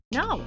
no